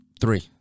Three